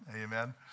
Amen